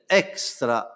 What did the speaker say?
extra